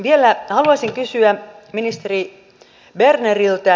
vielä haluaisin kysyä ministeri berneriltä